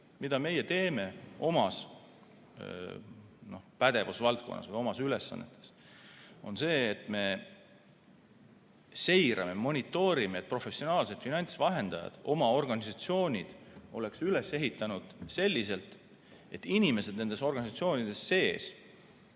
Mida meie teeme omas pädevusvaldkonnas või oma ülesannetes, on see, et me seirame, monitoorime, et professionaalsed finantsvahendajad oleks oma organisatsioonid üles ehitanud selliselt, et inimesed nendes organisatsioonides teeksid